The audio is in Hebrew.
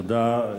תודה.